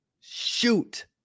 shoot